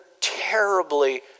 terribly